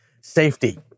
safety